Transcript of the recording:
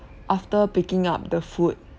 after picking up the food